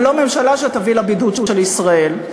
ולא ממשלה שתביא לבידוד של ישראל.